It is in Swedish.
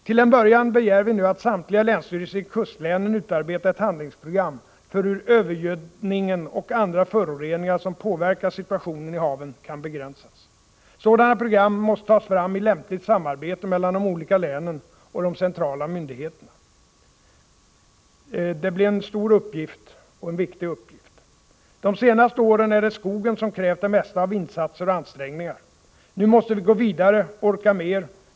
Till en början begär vi nu att samtliga länsstyrelser i kustlänen utarbetar handlingsprogram för hur övergödningen, och andra föroreningar som påverkar situationen i haven, kan begränsas. Sådana program måste tas fram i lämpligt samarbete mellan de olika länen och de centrala myndigheterna. Det blir en stor uppgift och en viktig uppgift. De senaste åren är det skogen som har krävt det mesta av insatser och ansträngningar. Nu måste vi gå vidare, orka mer.